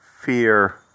fear